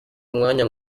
umwanya